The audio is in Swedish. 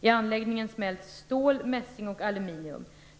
I anläggningen smälts stål, mässing och aluminium.